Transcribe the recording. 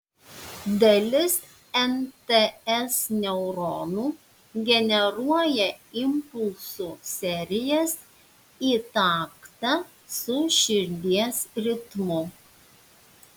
dalis nts neuronų generuoja impulsų serijas į taktą su širdies ritmu